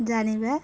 ଜାଣିବା